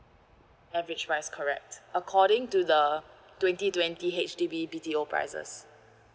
average price correct according to the twenty twenty H_D_B B_T_O prices